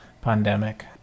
pandemic